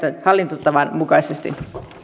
hallintotavan mukaiseksi